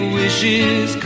wishes